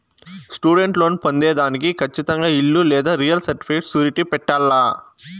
student loan పొందేదానికి కచ్చితంగా ఇల్లు లేదా రియల్ సర్టిఫికేట్ సూరిటీ పెట్టాల్ల